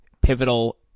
pivotal